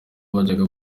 bajyaga